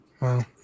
Wow